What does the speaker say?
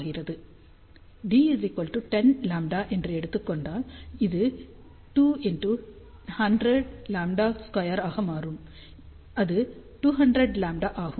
d 10λ என்று எடுத்துக் கொண்டால் இது 2100λ² ஆக மாறும் அது 200λ ஆகம்